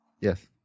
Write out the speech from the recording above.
yes